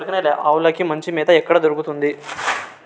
ఆవులకి మంచి మేత ఎక్కడ దొరుకుతుంది?